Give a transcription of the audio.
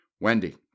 Wendy